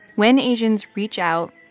when asians reach out,